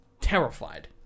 terrified